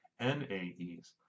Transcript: NAEs